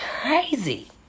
crazy